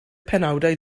penawdau